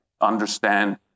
Understand